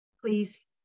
please